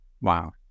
Wow